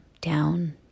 Down